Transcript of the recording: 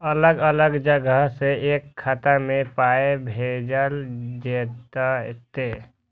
अलग अलग जगह से एक खाता मे पाय भैजल जेततै?